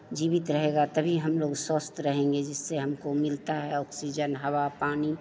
जीवित रहेगा तभी हमलोग स्वस्थ रहेंगे जिससे हमको मिलता है ऑक्सीजन हवा पानी